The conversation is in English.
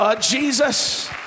Jesus